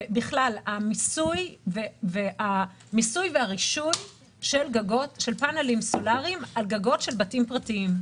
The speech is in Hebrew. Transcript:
ובכלל המיסוי והרישוי של פנלים סולריים על גגות של בתים פרטיים.